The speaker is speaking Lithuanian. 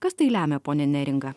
kas tai lemia ponia neringa